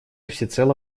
всецело